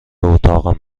اتاقم